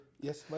Yes